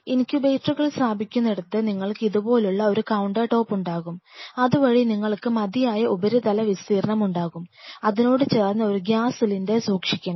ഇൻകുബേറ്ററുകൾ സ്ഥാപിക്കുന്നിടത്ത് നിങ്ങൾക്ക് ഇതുപോലുള്ള ഒരു കൌണ്ടർ ടോപ്പ് ഉണ്ടാകും അതുവഴി നിങ്ങൾക്ക് മതിയായ ഉപരിതല വിസ്തീർണ്ണം ഉണ്ടാകും അതിനോട് ചേർന്ന് ഒരു ഗ്യാസ് സിലിണ്ടർ സൂക്ഷിക്കണം